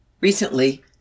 Recently